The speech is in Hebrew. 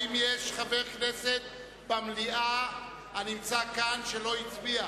האם יש חבר כנסת הנמצא כאן במליאה שלא הצביע?